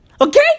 Okay